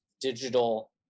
digital